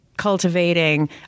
cultivating